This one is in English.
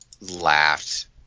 laughed